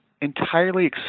entirely